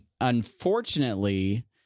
Unfortunately